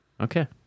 Okay